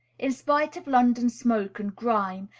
in spite of london smoke and grime,